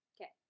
Okay